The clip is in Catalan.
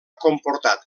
comportat